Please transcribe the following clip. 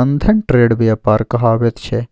बंधन ट्रेड व्यापार कहाबैत छै